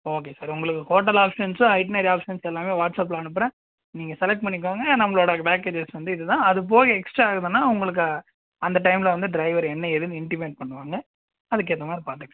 okay sir உங்களுக்கு hotel ஆப்ஷன்ஸும் itinerary options எல்லாமே வாட்ஸ்ஆப்பில் அனுப்பறேன் நீங்கள் செலக்ட் பண்ணிக்கோங்க நம்மளோட பேக்கேஜஸ் வந்து இது தான் அதுபோக எக்ஸ்ட்ரா ஆகுதுன்னால் உங்களுக்கு அந்த டைமில் வந்து டிரைவர் என்ன ஏதுன்னு இன்டிமேட் பண்ணுவாங்க அதுக்கு ஏற்ற மாதிரி பார்த்துக்கலாம்